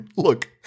Look